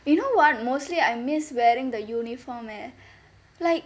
you know what mostly I miss wearing the uniform leh like